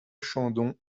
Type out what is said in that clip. chandon